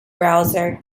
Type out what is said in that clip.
browser